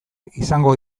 izango